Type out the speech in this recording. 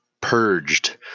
purged